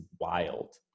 wild